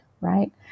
right